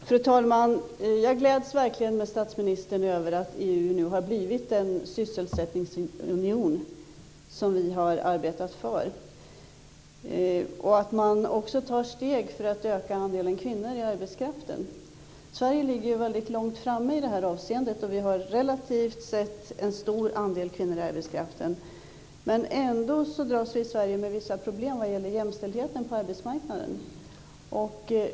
Fru talman! Jag gläds verkligen med statsministern över att EU nu har blivit en sysselsättningsunion, vilket vi har arbetat för och att man också tar steg för att öka andelen kvinnor i arbetskraften. Sverige ligger ju väldigt långt framme i detta avseende, och vi har relativt sett en stor andel kvinnor i arbetskraften. Men ändå så dras vi i Sverige med vissa problem när det gäller jämställdheten på arbetsmarknaden.